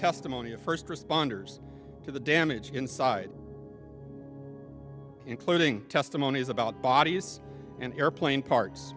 testimony of first responders to the damage inside including testimonies about bodies and airplane parts